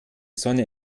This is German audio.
sonne